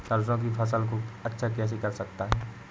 सरसो की फसल को अच्छा कैसे कर सकता हूँ?